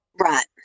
Right